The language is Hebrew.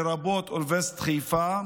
לרבות אוניברסיטת חיפה,